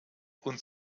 und